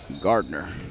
Gardner